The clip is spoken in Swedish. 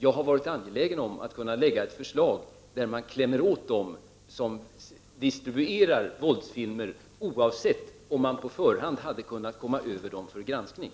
Jag har varit angelägen om att kunna lägga fram ett förslag, där man klämmer åt dem som distribuerar våldsfilmer oavsett om man på förhand hade kunnat komma över dem för granskning.